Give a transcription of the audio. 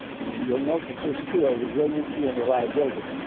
and you'll note the first two are resiliency and reliability.